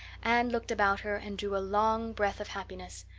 anne looked about her and drew a long breath of happiness.